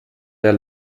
der